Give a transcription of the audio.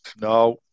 No